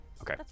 Okay